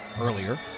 Earlier